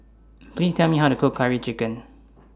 Please Tell Me How to Cook Curry Chicken